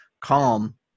calm